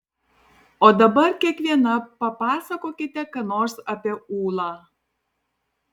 o dabar kiekviena papasakokite ką nors apie ūlą